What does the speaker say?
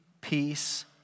peace